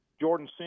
Jordan